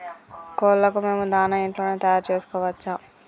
కోళ్లకు మేము దాణా ఇంట్లోనే తయారు చేసుకోవచ్చా?